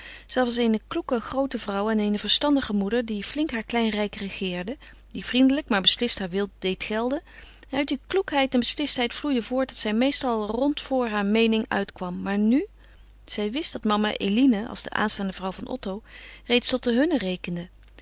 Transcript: zij was eene kloeke groote vrouw en eene verstandige moeder die flink haar klein rijk regeerde die vriendelijk maar beslist haar wil deed gelden uit die kloekheid en beslistheid vloeide voort dat zij meestal rond voor haar meening uitkwam maar nu zij wist dat mama eline als de aanstaande vrouw van otto reeds tot de hunnen rekende